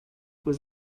was